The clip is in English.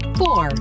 four